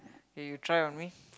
K you try on me